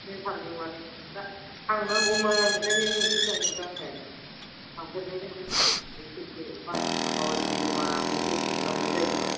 थांनांगौमोन ओंखायनो नोंखौ सोंहरदों आङो थांफेरनाय जायानालाय खेबसे मानसिफ्रा मा बायदि मा बेखौ सोंनांगौ जायो ना